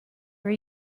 were